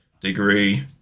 degree